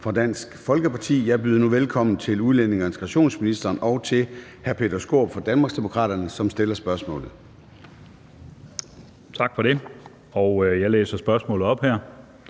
fra Dansk Folkeparti. Jeg byder nu velkommen til udlændinge- og integrationsministeren og til hr. Peter Skaarup fra Danmarksdemokraterne, som stiller spørgsmålet. Kl. 13:31 Spm. nr.